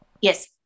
Yes